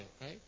right